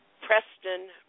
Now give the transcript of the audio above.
Preston